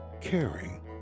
caring